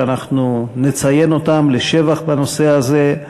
אנחנו נציין אותם לשבח בנושא הזה,